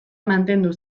mantendu